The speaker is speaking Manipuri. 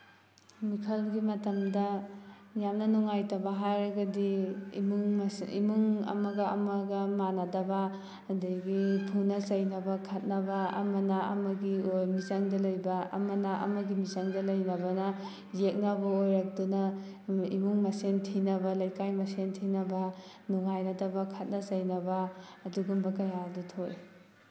ꯃꯤꯈꯜꯒꯤ ꯃꯇꯝꯗ ꯌꯥꯝꯅ ꯅꯨꯡꯉꯥꯏꯇꯕ ꯍꯥꯏꯔꯒꯗꯤ ꯏꯃꯨꯡ ꯑꯃꯒ ꯑꯃꯒ ꯃꯥꯟꯅꯗꯕ ꯑꯗꯒꯤ ꯐꯨꯅ ꯆꯩꯅꯕ ꯈꯠꯅꯕ ꯑꯃꯅ ꯑꯃꯒꯤ ꯃꯤꯆꯪꯗ ꯂꯩꯕ ꯑꯃꯅ ꯑꯃꯒꯤ ꯃꯤꯆꯪꯗ ꯂꯩꯅꯕꯅ ꯌꯦꯛꯅꯕ ꯑꯣꯏꯔꯛꯇꯨꯅ ꯏꯃꯨꯡ ꯃꯁꯦꯟ ꯊꯤꯅꯕ ꯂꯩꯀꯥꯏ ꯃꯁꯦꯜ ꯊꯤꯅꯕ ꯅꯨꯡꯉꯥꯏꯅꯗꯕ ꯈꯠꯅ ꯆꯩꯅꯕ ꯑꯗꯨꯒꯨꯝꯕ ꯀꯌꯥ ꯑꯗꯨ ꯊꯣꯛꯏ